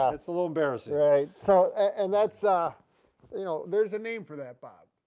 um it's a little embarrassing right so and that's ah you know there's a name for that bob.